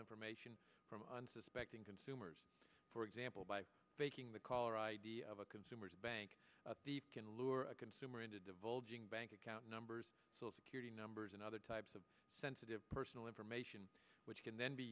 information from unsuspecting consumers for example by making the caller id of a consumer's bank can lure a consumer into divulging bank account numbers security numbers and other types of sensitive personal information which can then be